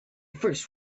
first